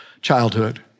childhood